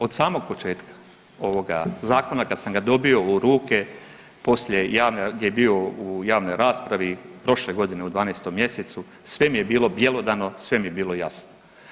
Od samog početka ovoga zakona kada sam ga dobio u ruke poslije gdje je bio u javnoj raspravi prošle godine u 12. mjesecu sve mi je bilo bjelodano, sve mi je bilo jasno.